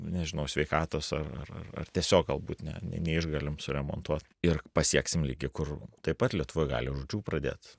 nežinau sveikatos ar ar ar ar tiesiog galbūt ne neišgalim suremontuot ir pasieksim lygį kur taip pat lietuvoj gali žūčių pradėt